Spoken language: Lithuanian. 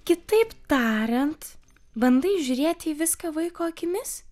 kitaip tariant bandai žiūrėti į viską vaiko akimis